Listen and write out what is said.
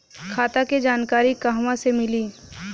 खाता के जानकारी कहवा से मिली?